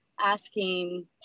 asking